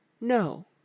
No